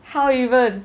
how even